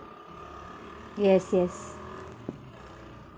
yes yes